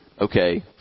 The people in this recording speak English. okay